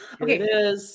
Okay